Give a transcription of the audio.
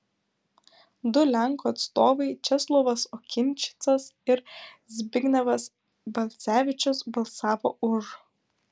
du lenkų atstovai česlovas okinčicas ir zbignevas balcevičius balsavo už